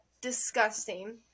disgusting